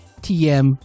TM